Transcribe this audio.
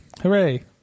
Hooray